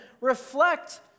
reflect